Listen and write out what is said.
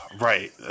Right